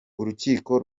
urukiko